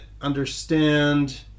understand